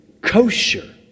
Kosher